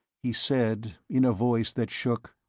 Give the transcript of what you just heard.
he said, in a voice that shook,